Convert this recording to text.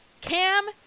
Cam